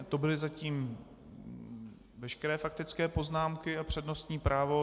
To byly zatím veškeré faktické poznámky a přednostní právo.